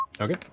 Okay